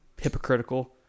hypocritical